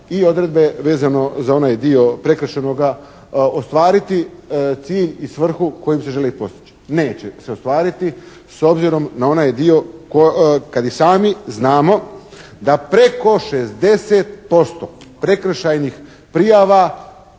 i odredbe vezano za onaj dio prekršajnoga ostvariti cilj i svrhu koju se želi postići. Neće se ostvariti s obzirom na onaj dio kad i sami znamo da preko 60% prekršajnih prijava